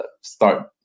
start